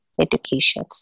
education